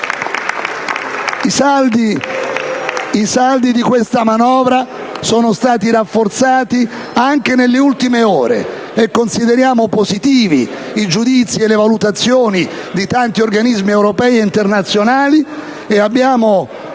I saldi di questa manovra sono stati rafforzati anche nelle ultime ore e consideriamo positivi i giudizi e le valutazioni di tanti organismi europei ed internazionali e abbiamo